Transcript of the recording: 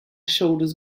shoulders